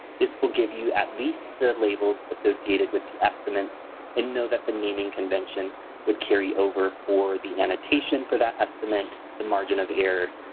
this will give you at least the labels associated with the estimates and know that the naming convention would carry over for the annotation for that estimate the margin of error,